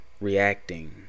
reacting